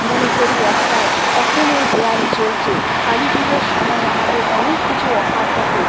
মনে করি একটাই এখন এই দেওয়ালি চলছে কালী পুজোর সময় আমাদের অনেক কিছু অফার থাকে